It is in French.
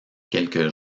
quelques